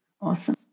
Awesome